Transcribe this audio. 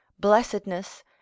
blessedness